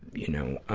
you know,